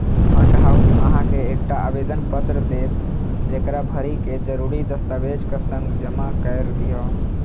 fund house अहां के एकटा आवेदन पत्र देत, जेकरा भरि कें जरूरी दस्तावेजक संग जमा कैर दियौ